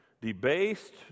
debased